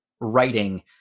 writing